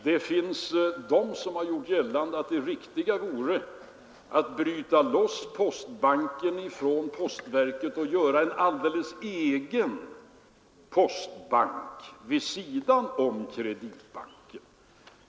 Det finns de som gjort gällande att det riktiga vore att bryta loss postbanken från postverket och göra en alldeles egen postbank vid sidan om Kreditbanken.